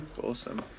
Awesome